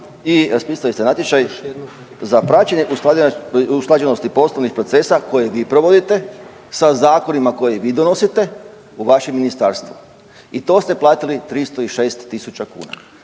i raspisali ste natječaj za praćenje usklađenosti poslovnih procesa koje vi provodite sa zakonima koje vi donosite u vašem ministarstvu i to ste platili 306.000 kuna.